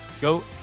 Go